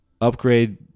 upgrade